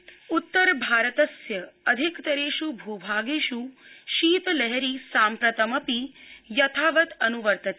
शीतलहरी उत्तर भारतस्य अधिक तरेष् भू भागेष् शीतलहरी साम्प्रतमपि यथावद् अनुवर्तते